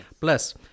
plus